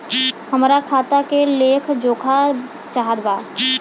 हमरा खाता के लेख जोखा चाहत बा?